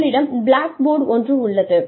உங்களிடம் blackboard ஒன்று உள்ளது